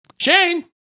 Shane